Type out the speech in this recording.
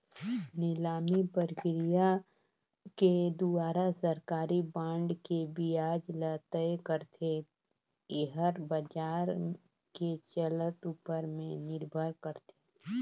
निलामी प्रकिया के दुवारा सरकारी बांड के बियाज ल तय करथे, येहर बाजार के चलत ऊपर में निरभर करथे